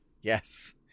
Yes